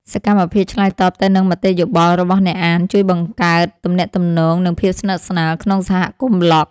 សកម្មភាពឆ្លើយតបទៅនឹងមតិយោបល់របស់អ្នកអាន ជួយបង្កើតទំនាក់ទំនង និងភាពស្និទ្ធស្នាលក្នុងសហគមន៍ប្លក់។